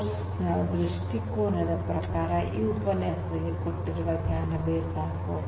0 course ನ ದೃಷ್ಟಿಕೋನದ ಪ್ರಕಾರ ಈ ಉಪನ್ಯಾಸದಲ್ಲಿ ಕೊಟ್ಟಿರುವ ಜ್ಞಾನವೇ ಸಾಕು